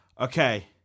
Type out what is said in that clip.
Okay